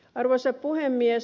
arvoisa puhemies